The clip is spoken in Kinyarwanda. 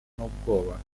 n’ubwoba